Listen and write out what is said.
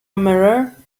mirror